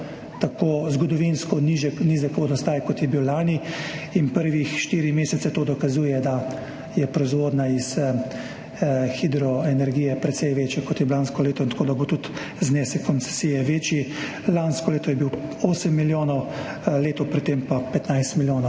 tako zgodovinsko nizek vodostaj, kot je bil lani, in prvi štirje meseci to dokazuje, da je proizvodnja iz hidroenergije precej večja, kot je bila lansko leto, tako da bo tudi znesek koncesije večji. Lansko leto je bil 8 milijonov, leto pred tem pa 15 milijonov,